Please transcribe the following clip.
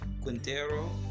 quintero